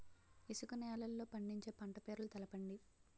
ఇసుక నేలల్లో పండించే పంట పేర్లు తెలపండి?